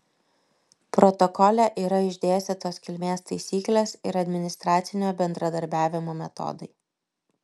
protokole yra išdėstytos kilmės taisyklės ir administracinio bendradarbiavimo metodai